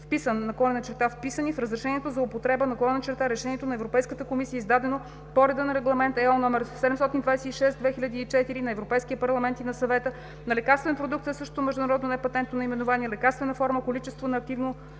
вписан/вписани в разрешението за употреба/решението на Европейската комисия, издадено по реда на Регламент (ЕО) № 726/2004 на Европейския парламент и на Съвета, на лекарствен продукт със същото международно непатентно наименование, лекарствена форма, количество на активното